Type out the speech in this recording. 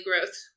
growth